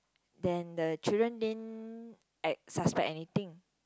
then the children didn't ac~ suspect anything